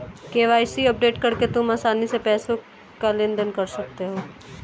KYC update करके तुम आसानी से पैसों का लेन देन कर सकते हो